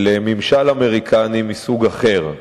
ממשל אמריקני מסוג אחר,